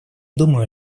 думаю